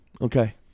Okay